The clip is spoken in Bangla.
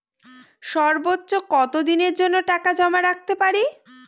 সর্বোচ্চ কত দিনের জন্য টাকা জমা রাখতে পারি?